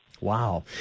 Wow